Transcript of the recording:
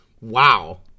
Wow